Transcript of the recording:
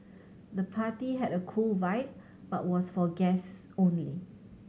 the party had a cool vibe but was for guests only